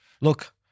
Look